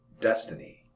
Destiny